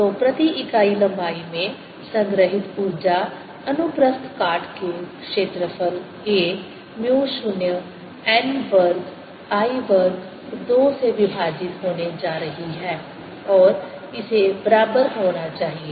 तो प्रति इकाई लंबाई में संग्रहीत ऊर्जा अनुप्रस्थ काट के क्षेत्रफल a म्यू 0 n वर्ग I वर्ग 2 से विभाजित होने जा रही है और इसे बराबर होना चाहिए